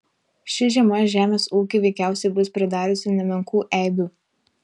ši žiema žemės ūkiui veikiausiai bus pridariusi nemenkų eibių